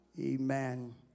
Amen